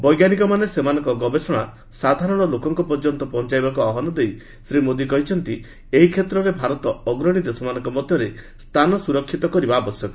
ବୈଜ୍ଞାନିକମାନେ ସେମାନଙ୍କ ଗବେଷଣା ସାଧାରଣ ଲୋକଙ୍କ ପର୍ଯ୍ୟନ୍ତ ପହଞ୍ଚାଇବାକୁ ଆହ୍ୱାନ ଦେଇ ଶ୍ରୀ ମୋଦି କହିଛନ୍ତି ଏହି କ୍ଷେତ୍ରରେ ଭାରତ ଅଗ୍ରଣୀ ଦେଶମାନଙ୍କ ମଧ୍ୟରେ ସ୍ଥାନ ସୁରକ୍ଷିତ କରିବା ଆବଶ୍ୟକ